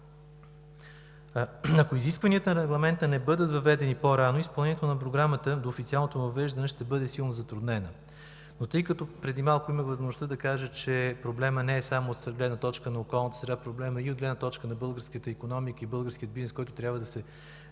Ако изискванията на Регламента не бъдат въведени по-рано, изпълнението на програмата до официалното му въвеждане ще бъде силно затруднено. Но тъй като преди малко имах възможността да кажа, че проблемът не е само от гледна точка на околната среда, той е и от гледна точка на българската икономика и българският бизнес, който трябва да се